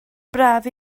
braf